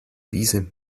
wiese